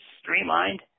streamlined